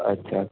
અચ્છા